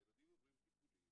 הילדים עוברים טיפולים,